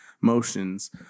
motions